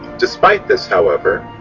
despite this however,